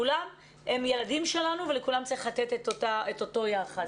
כולם הם ילדים שלנו ולכולם צריך לתת את אותו היחס.